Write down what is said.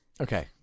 Okay